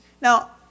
Now